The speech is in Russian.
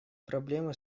проблеме